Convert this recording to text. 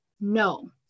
no